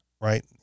right